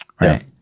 Right